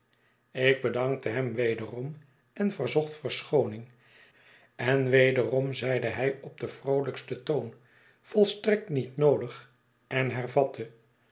ik bedankte hem wederom en verzocht verschooning en wederom zeide hij op den vroolijksten toon volstrekt niet noodig en hervatte